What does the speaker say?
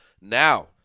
Now